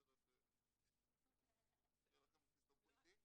אחרת תסתבכו איתי.